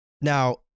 Now